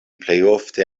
plejofte